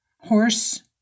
horse